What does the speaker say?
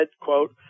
quote